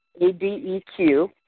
ADEQ